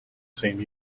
same